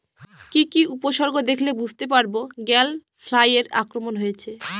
কি কি উপসর্গ দেখলে বুঝতে পারব গ্যাল ফ্লাইয়ের আক্রমণ হয়েছে?